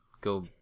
go